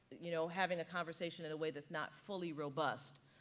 you know, having a conversation in a way that's not fully robust.